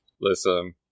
Listen